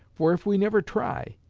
for if we never try,